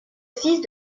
fils